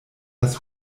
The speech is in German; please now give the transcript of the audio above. das